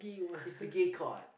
is the gay card